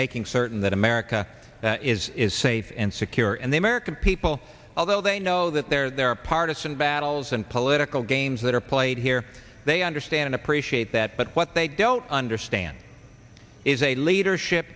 making certain that america is is safe and secure and the american people although they know that they're there are partisan battles and political games that are played here they understand and appreciate that but what they don't understand is a leadership